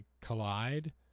collide